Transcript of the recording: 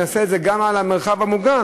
נעשה את זה גם על המרחב המוגן,